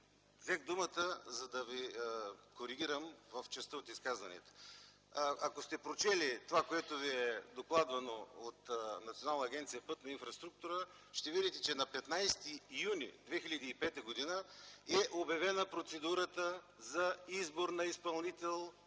взех думата, за да Ви коригирам в част от изказването Ви. Ако сте прочели това, което Ви е докладвано от Национална агенция „Пътна инфраструктура” ще видите, че на 15 юни 2005 г. е обявена процедурата за избор на изпълнител